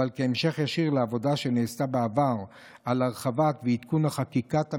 אבל כהמשך ישיר לעבודה שנעשתה בעבר על הרחבת ועדכון חקיקת המשנה,